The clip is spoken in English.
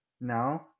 Now